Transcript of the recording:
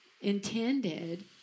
intended